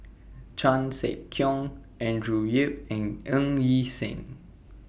Chan Sek Keong Andrew Yip and Ng Yi Sheng